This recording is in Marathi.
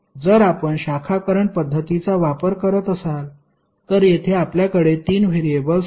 जर आपण शाखा करंट पध्दतीचा वापर करत असाल तर येथे आपल्याकडे 3 व्हेरिएबल्स आहेत